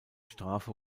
strafe